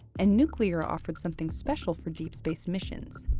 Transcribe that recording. and nuclear offered something special for deep-space missions.